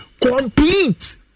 complete